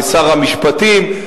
ושר המשפטים,